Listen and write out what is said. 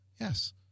yes